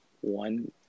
One